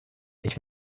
ich